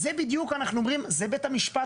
זה בדיוק מה שאנחנו אומרים, זה בית המשפט.